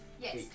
Yes